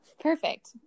Perfect